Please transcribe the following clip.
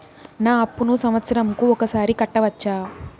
నా అప్పును సంవత్సరంకు ఒకసారి కట్టవచ్చా?